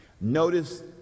Notice